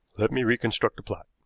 let me reconstruct the plot.